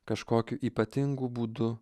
kažkokiu ypatingu būdu